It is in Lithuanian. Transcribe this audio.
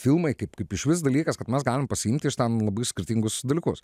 filmai kaip kaip išvis dalykas mes galim pasiimt iš ten labai skirtingus dalykus